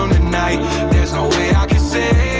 tonight there's no way i could save